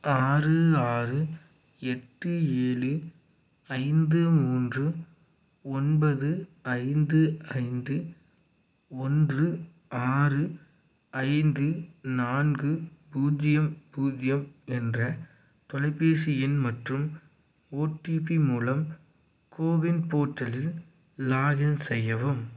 ஆறு ஆறு எட்டு ஏழு ஐந்து மூன்று ஒன்பது ஐந்து ஐந்து ஒன்று ஆறு ஐந்து நான்கு பூஜ்ஜியம் பூஜ்ஜியம் என்ற தொலைபேசி எண் மற்றும் ஓடிபி மூலம் கோவின் போர்ட்டலில் லாக்இன் செய்யவும்